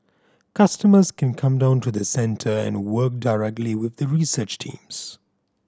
customers can come down to the centre and work directly with the research teams